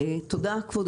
תודה, כבוד